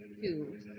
two